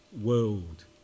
world